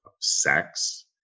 sex